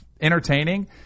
entertaining